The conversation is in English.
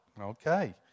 Okay